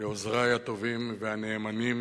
לעוזרי הטובים והנאמנים,